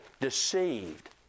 deceived